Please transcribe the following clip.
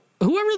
whoever